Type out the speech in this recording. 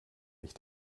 ich